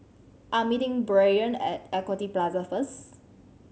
I'm meeting Brayden at Equity Plaza first